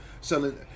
selling